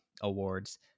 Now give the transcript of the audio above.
awards